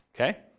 okay